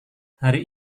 hari